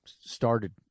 started